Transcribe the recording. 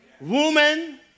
Woman